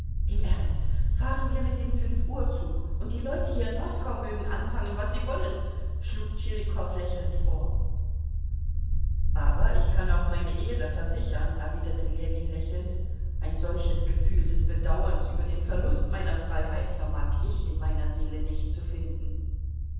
im ernst fahren wir mit dem fünfuhrzug und die leute hier in moskau mögen anfangen was sie wollen schlug tschirikow lächelnd vor aber ich kann auf meine ehre versichern erwiderte ljewin lächelnd ein solches gefühl des bedauerns über den verlust meiner freiheit vermag ich in meiner seele nicht zu finden